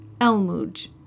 elmuj